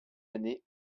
années